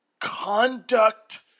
conduct